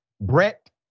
Brett